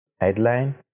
headline